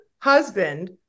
husband